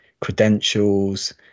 credentials